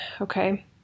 okay